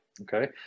Okay